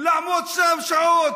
לעמוד שם שעות,